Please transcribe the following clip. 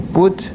put